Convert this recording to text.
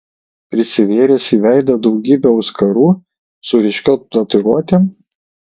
prisivėręs į veidą daugybę auskarų su ryškiom tatuiruotėm